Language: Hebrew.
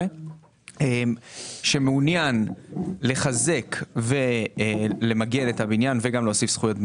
יזם שמעוניין לחזק ולמגן את הבניין וגם להוסיף זכויות בנייה,